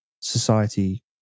society